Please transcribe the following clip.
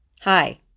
Hi